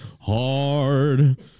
Hard